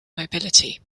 mobility